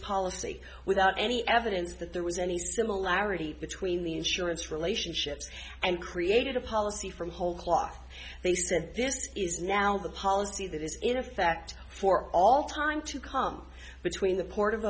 policy without any evidence that there was any similarity between the insurance relationships and created a policy from whole cloth they said this is now the policy that is in effect for all time to come between the port of